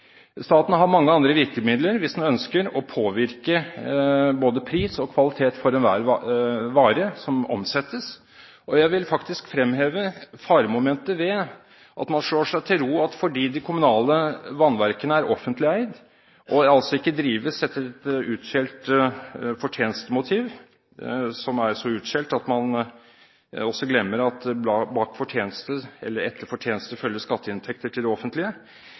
Staten har mange andre virkemidler hvis den ønsker å påvirke både pris og kvalitet for enhver vare som omsettes. Jeg vil faktisk fremheve faremomentet ved at man slår seg til ro med at de kommunale vannverkene er offentlig eid, og altså ikke drives etter et fortjenestemotiv som er så utskjelt at man også glemmer at etter fortjeneste følger skatteinntekter til det offentlige.